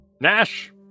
Nash